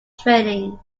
training